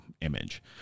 image